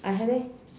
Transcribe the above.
I have eh